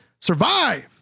Survive